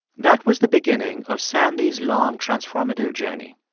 that was the beginning of sandy's long transformative journey.